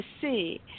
see